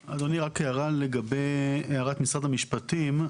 אדוני, רק הערת משרד המשפטים.